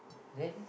then